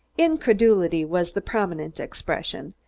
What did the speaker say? incredulity was the predominant expression,